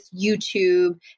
YouTube